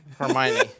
Hermione